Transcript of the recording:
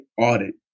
audit